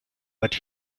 but